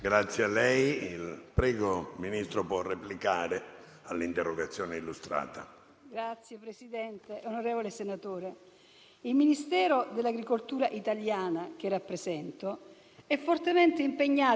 A testimonianza di ciò, nel decreto rilancio ho fortemente voluto l'inserimento dell'esonero contributivo straordinario, previdenziale e assistenziale, per il periodo da gennaio a giugno 2020 anche per i cerealicoltori.